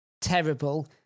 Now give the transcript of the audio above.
terrible